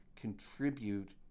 contribute